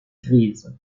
grises